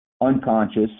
unconscious